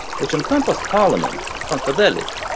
which encompassed parliament, funkadelic,